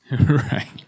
Right